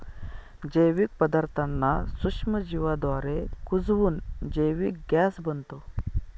जैविक पदार्थांना सूक्ष्मजीवांद्वारे कुजवून जैविक गॅस बनतो